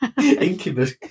Incubus